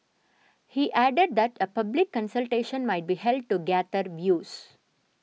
he added that a public consultation might be held to gather views